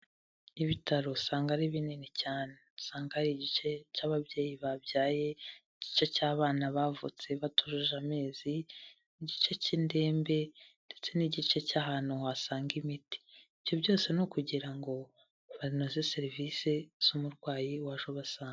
Ibitaro usanga ari binini cyane, usanga hari igice cy'ababyeyi babyaye, igice cy'abana bavutse batujuje amezi, igice cy'indembe ndetse n'igice cy'ahantu wasanga imiti. Ibyo byose ni ukugira ngo banoze serivisi z'umurwayi waje ubasanga.